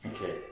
Okay